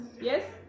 Yes